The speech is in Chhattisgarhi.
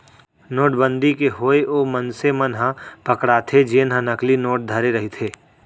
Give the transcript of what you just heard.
नोटबंदी के होय ओ मनसे मन ह पकड़ाथे जेनहा नकली नोट धरे रहिथे